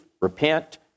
repent